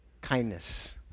kindness